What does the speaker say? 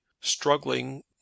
struggling